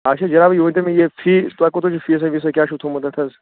اَچھا جِناب یہِ ؤنۍتو مےٚ یہِ فیٖس تۄہہِ کوٗتاہ چھُو فیٖسہ ویٖسہ کیٛاہ چھُو تھوٚومُت اَتھ حظ